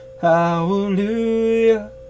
hallelujah